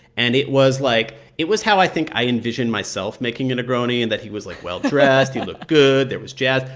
and it was like it was how i think i envision myself making a negroni in and that he was, like. well-dressed. he looked good. there was jazz.